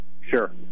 Sure